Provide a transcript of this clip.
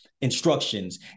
instructions